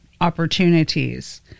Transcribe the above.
opportunities